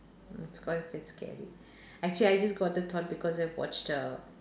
it's quite a bit scary actually I just got the thought because I watch err